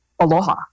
aloha